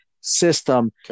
system